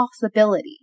possibility